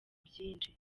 byinshi